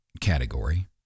category